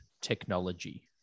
technology